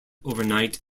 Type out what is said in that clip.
overnight